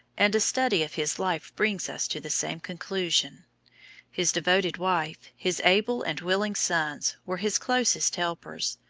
and a study of his life brings us to the same conclusion his devoted wife, his able and willing sons, were his closest helpers,